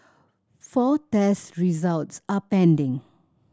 four test results are pending